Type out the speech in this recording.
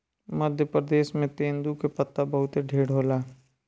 मध्य प्रदेश में तेंदू के पत्ता बहुते ढेर होला